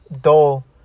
Dull